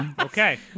Okay